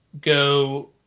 go